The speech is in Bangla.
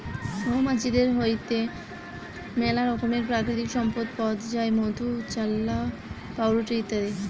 মৌমাছিদের হইতে মেলা রকমের প্রাকৃতিক সম্পদ পথ যায় মধু, চাল্লাহ, পাউরুটি ইত্যাদি